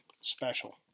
special